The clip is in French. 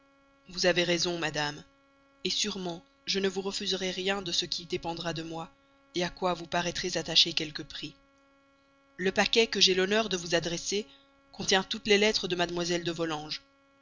vous avez raison madame sûrement je ne vous refuserai rien de ce qui dépendra de moi à quoi vous paraîtrez attacher quelque prix le paquet que j'ai l'honneur de vous adresser contient toutes les lettres de mlle de